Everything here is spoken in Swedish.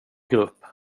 grupp